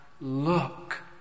look